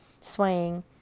Swaying